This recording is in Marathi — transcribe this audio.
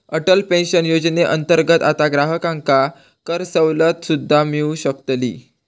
अटल पेन्शन योजनेअंतर्गत आता ग्राहकांका करसवलत सुद्दा मिळू शकतली